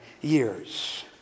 years